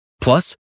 Plus